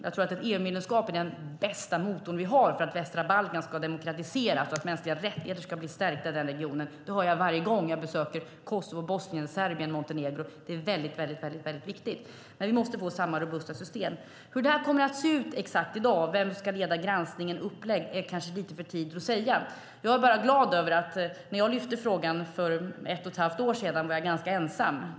Jag tror att ett EU-medlemskap är den bästa motor vi har för att västra Balkan ska demokratiseras och för att mänskliga rättigheter ska bli stärkta i den regionen. Det hör jag varje gång jag besöker Kosovo, Bosnien, Serbien och Montenegro. Det är väldigt viktigt. Men vi måste få samma robusta system. Hur det här exakt kommer att se ut, vem som ska leda granskningen och vilket upplägg det ska vara är kanske lite för tidigt att säga. Jag är glad över en sak. När jag lyfte frågan för ett och ett halvt år sedan var jag ganska ensam.